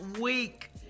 week